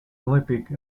olympic